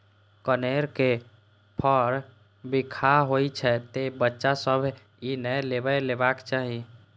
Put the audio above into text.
कनेरक फर बिखाह होइ छै, तें बच्चा सभ कें ई नै लेबय देबाक चाही